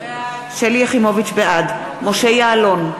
בעד משה יעלון,